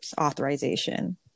authorization